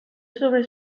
sobre